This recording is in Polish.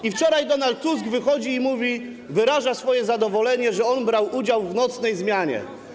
I wczoraj Donald Tusk wychodzi i wyraża swoje zadowolenie, że brał udział w nocnej zmianie.